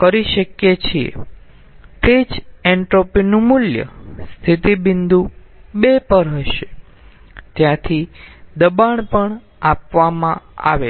કરી શકીએ છીએ તે જ એન્ટ્રોપી મૂલ્ય સ્થિતિ બિંદુ 2 પર હશે ત્યાંથી દબાણ પણ આપવામાં આવે છે